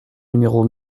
numéros